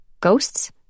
Ghosts